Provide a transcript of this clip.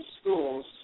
schools